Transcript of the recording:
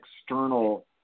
external